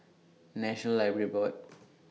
National Library Board